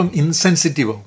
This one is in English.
insensitive